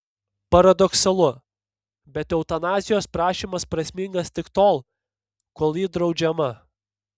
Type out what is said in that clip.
paradoksalu bet eutanazijos prašymas prasmingas tik tol kol ji draudžiama